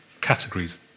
categories